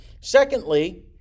Secondly